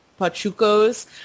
Pachucos